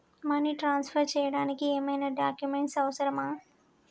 Money transfer చేయడానికి ఏమైనా documents అవసరమా?